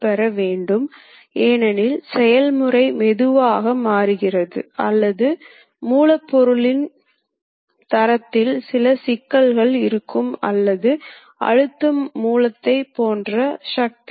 எனவே இயந்திரம் செய்யும் செயல்பாடுகள் அடிப்படையில் துளையிடுதலைப் போன்ற புள்ளி செயல்பாடுகள் ஆகும்